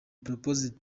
proposed